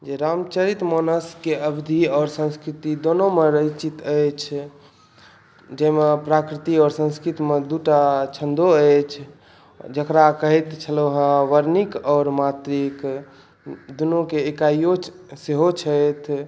जे रामचरित मानसके अवधि आओर संस्कृति दोनोमे रचित अछि जाहिमे प्रकृति आओर संस्कृतमे दू टा छन्दो अछि जकरा कहैत छलहुँ हँ वर्णिक आओर मात्रिक दुनूके इकाइयो सेहो छथि